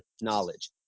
knowledge